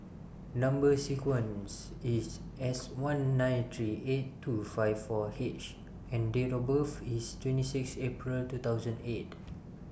Number sequence IS S one nine three eight two five four H and Date of birth IS twenty six April two thousand and eight